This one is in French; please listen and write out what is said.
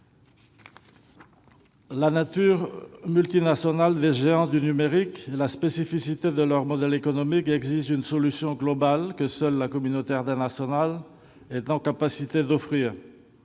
La nature multinationale des géants du numérique et la spécificité de leur modèle économique exigent une solution globale que seule la communauté internationale peut offrir.